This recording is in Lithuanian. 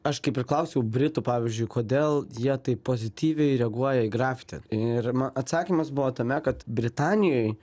aš kaip ir klausiau britų pavyzdžiui kodėl jie tai pozityviai reaguoja į grafiti ir ma atsakymas buvo tame kad britanijoj